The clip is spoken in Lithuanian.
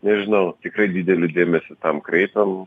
nežinau tikrai didelį dėmesį tam kreipiam